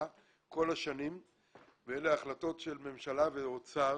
כל השנים ואלה החלטות של ממשלה ואוצר.